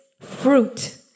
fruit